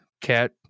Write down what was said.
cat